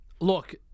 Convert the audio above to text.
Look